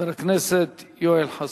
חבר הכנסת יואל חסון.